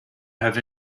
have